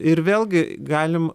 ir vėlgi galim